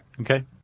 Okay